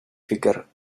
figure